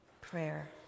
prayer